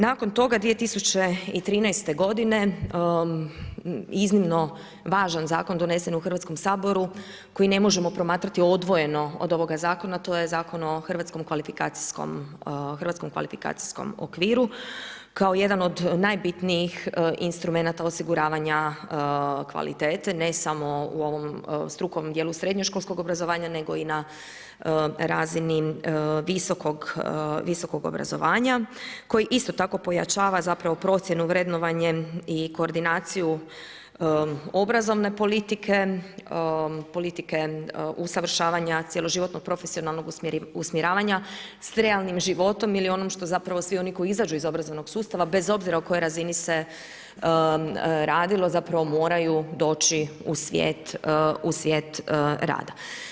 Nakon toga 2013. godine iznimno važan zakon donesen u Hrvatskom saboru koji ne možemo promatrati odvojeno od ovoga zakona, a to je Zakona o Hrvatskom kvalifikacijskom okviru kao jedan od najbitnijih instrumenata osiguravanja kvalitete, ne samo u ovom strukovnom dijelu srednjoškolskog obrazovanja nego i na razini visokog obrazovanja koji isto tako pojačava procjenu vrednovanje i koordinaciju obrazovne politike, politike usavršavanja cjeloživotnog profesionalnog usmjeravanja s realnim životom ili onom što svi oni koji izađu iz obrazovnog sustava bez obzira o kojoj razini se radilo moraju doći u svijet rada.